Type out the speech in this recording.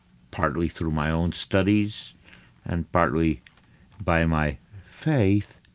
partly through my own studies and partly by my faith.